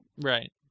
right